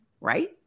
right